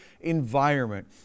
environment